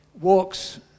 walks